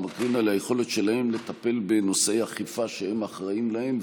הוא מקרין על היכולת שלהם לטפל בנושאי אכיפה שהם אחראים להם,